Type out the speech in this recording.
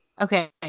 Okay